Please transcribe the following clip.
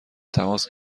تماس